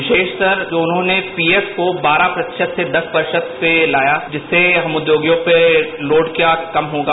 विशेषकर उन्होंने जो पीएफ को बारह प्रतिशत से दस प्रतिशत पर लाया जिससे हम उद्यमियों पर लोड कम होगा